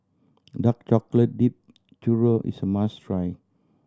dark chocolate dipped churro is a must try